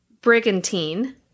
brigantine